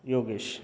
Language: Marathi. योगेश